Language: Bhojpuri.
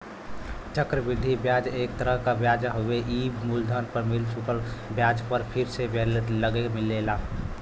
चक्र वृद्धि ब्याज एक तरह क ब्याज हउवे ई मूलधन पर मिल चुकल ब्याज पर फिर से लगके मिलेला